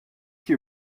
qui